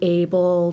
able